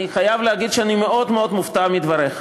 אני חייב להגיד שאני מאוד מאוד מופתע מדבריך.